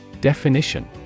Definition